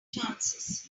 chances